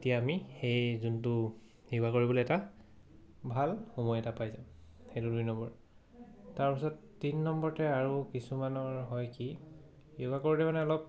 তেতিয়া আমি সেই যোনটো য়োগা কৰিবলৈ এটা ভাল সময় এটা পাই যাম সেইটো দুই নম্বৰ তাৰপিছত তিনি নম্বৰতে আৰু কিছুমানৰ হয় কি য়োগা কৰিলে মানে অলপ